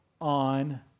on